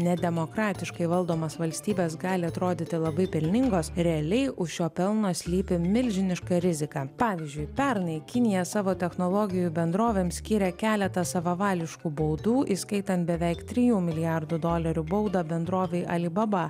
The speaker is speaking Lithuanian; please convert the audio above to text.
nedemokratiškai valdomos valstybės gali atrodyti labai pelningos realiai už šio pelno slypi milžiniška rizika pavyzdžiui pernai kinija savo technologijų bendrovėms skyrė keletą savavališkų baudų įskaitant beveik trijų milijardų dolerių baudą bendrovei ali baba